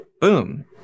boom